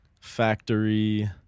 Factory